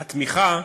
התמיכה,